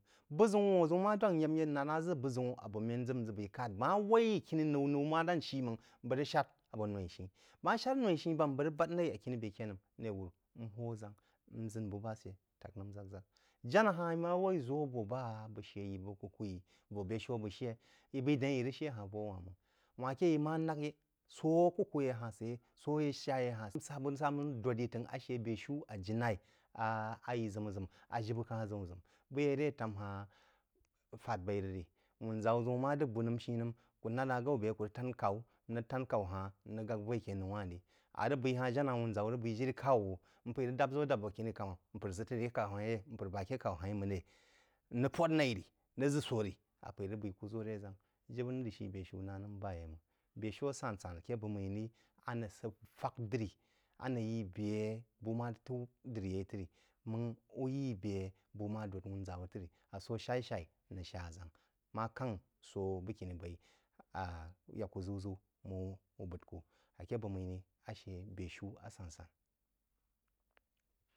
Bú ʒəun wūn ʒəun má dwak n yé nād na ʒə bu-ʒəun abō mən n ʒə b’eí rəg kād, bəg má waī khuní-nou, nōu má dān shí máng bəg rəg shād abō moi-í shí, bəg má shád a moi-í shí bām, bəg rəg bād naí á khuní-bē k’əd nəm naī-wuni n hō aʒān, n ʒən bəg bu ba shə tak nəm ʒak-ʒak ján ha-hn ī ma wní ʒō bō ba bəg shə yǐ, bəg kuku-yii vō bē shú a bəg shə, ī b’ eí dāng ī rəg shə ha-hn vō wān máng, wān kē í é nák sō á kukú ye ha-hn səyeí, sō á sha-yé ha-hn sa bu nəm sa nəm dōd yí t’əngh asə bē-shiú a jilaí á y í ʒəmo ʒəma, a jibə ka-hn ʒəma-ʒəma. Bəg yí a ré tām há-hn fād baí rəg rí, wūnʒawú ʒəun ma d’əgh bú nəm shi-nəm kú nád ná gaú bē a kú vəg tān k’au, n rəg tān k’au ha-hn n rəg gāg bú a ké noǔ-wan-rí a rəg b’eí hah-n, ján hahn wūn ʒawú rəg b’eí jirí k’au-wú, mp’eí rəg dāp ʒō dāp abō khuní – kámā “mpər sə bá aké k’au ha-hn rí ré? Mpər bá aké k’au ha-hn rí ma ré? Ń rəg pōt naī rí, rəg ʒə sō rí, ap’eí rəg ʒəu ku ʒō ré ʒān. Jibə nir j shí bē-shiu na nəm ba yé máng bē-shiú a san-san ake bəg-mmī rí, a n’əngh sə fak dirí, a n’əngh yi bē a bú ma rəg tú diri yeí trí, máng u yí bē a bú ma dōd wunʒa wo tri. À sō sha-ī-sha-í n’əngh sha-a-ʒān, ma káng sō bəgkiní baí a yá kú ʒəu ʒəu mú u b’əgk kú. Áké bəg-mmí rí ashə bē-shíu a sān-sān.